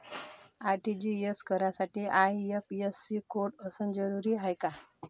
RTGS करासाठी IFSC code असनं जरुरीच हाय का?